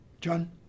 John